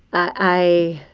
i